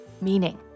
meaning